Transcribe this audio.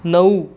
नऊ